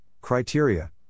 criteria